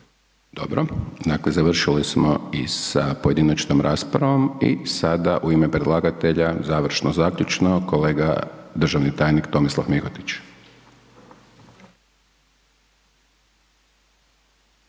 Dakle, završili smo i sa pojedinačnom raspravom i sada u ime predlagatelja završno zaključno kolega državni tajnik Tomislav Mihotić.